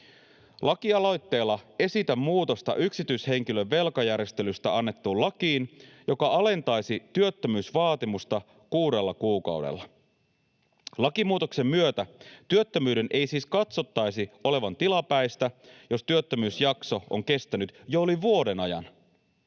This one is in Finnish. Lakialoitteella esitän yksityishenkilön velkajärjestelystä annettuun lakiin muutosta, joka alentaisi työttömyysvaatimusta kuudella kuukaudella. Lakimuutoksen myötä työttömyyden ei siis katsottaisi olevan tilapäistä, jos työttömyysjakso on kestänyt jo yli vuoden ajan.